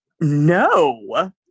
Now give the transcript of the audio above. No